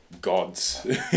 God's